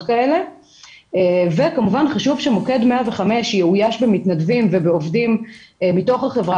כאלה וכמובן חשוב שמוקד 105 יאויש במתנדבים ובעובדים מתוך החברה